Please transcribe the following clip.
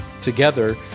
Together